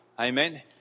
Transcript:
amen